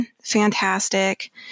fantastic